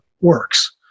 works